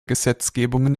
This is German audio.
gesetzgebungen